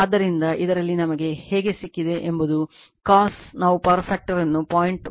ಆದ್ದರಿಂದ ಇದರಲ್ಲಿ ನಮಗೆ ಹೇಗೆ ಸಿಕ್ಕಿದೆ ಎಂಬುದು cos ನಾವು power factor ನ್ನು 0